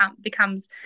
becomes